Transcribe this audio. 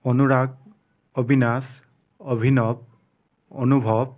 অনুৰাগ অবিনাশ অভিনৱ অনুভৱ